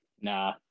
Nah